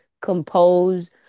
compose